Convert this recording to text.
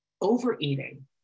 overeating